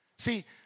See